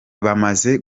bamaze